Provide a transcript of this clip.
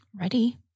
Ready